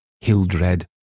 Hildred